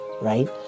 right